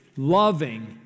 Loving